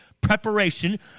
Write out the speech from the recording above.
preparation